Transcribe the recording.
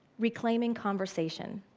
reclaiming conversation,